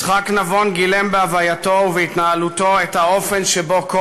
יצחק נבון גילם בהווייתו ובהתנהלותו את האופן שבו כל